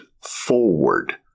forward